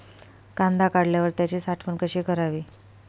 कांदा काढल्यावर त्याची साठवण कशी करावी?